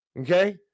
Okay